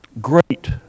great